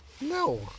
No